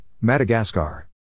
Madagascar